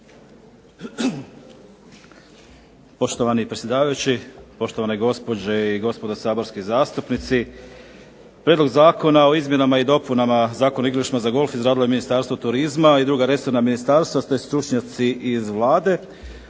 Poštovani predsjedavajući, poštovane gospođe i gospodo saborski zastupnici. Prijedlog Zakona o izmjenama i dopunama Zakona o igralištima za golf izradilo je Ministarstvo turizma i druga resorna ministarstva te stručnjaci iz Vlade.